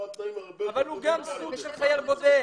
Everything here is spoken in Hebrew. כאן התנאים הרבה יותר טובים מאשר לחייל בודד.